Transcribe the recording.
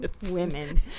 Women